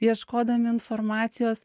ieškodami informacijos